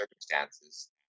circumstances